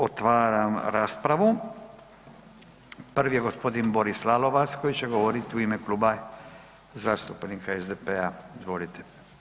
Otvaram raspravu, prvi je g. Boris Lalovac koji će govorit u ime Kluba zastupnika SDP-a, izvolite.